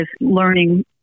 learning